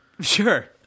Sure